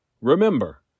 Remember